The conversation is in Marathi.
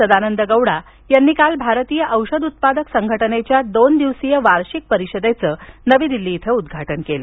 सदानंद गौडा यांनी काल भारतीय औषध उत्पादक संघटनेच्या दोन दिवसीय वार्षिक परीषदेचं नवी दिल्लीत उद्घाटन केलं